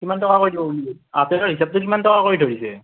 কিমান টকাকৈ দিব বুলি আপেলৰ হিচাপটো কিমান টকাকৈ ধৰিছে